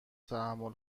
تحمل